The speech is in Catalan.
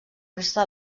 resta